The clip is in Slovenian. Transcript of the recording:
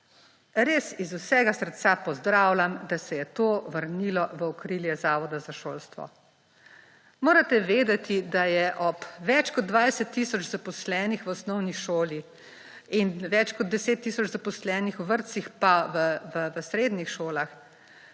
Res iz vsega srca pozdravljam, da se je to vrnilo v okrilje Zavoda za šolstvo. Morate vedeti, da je ob več kot 20 tisoč zaposlenih v osnovni šoli in več kot 10 tisoč zaposlenih v vrtcih pa v srednjih šolah,